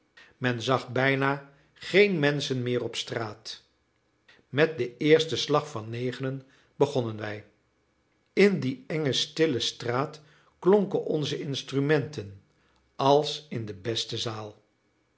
men zag bijna geen menschen meer op straat met den eersten slag van negenen begonnen wij in die enge stille straat klonken onze instrumenten als in de beste zaal